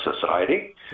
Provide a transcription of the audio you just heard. society